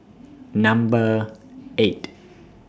Number eight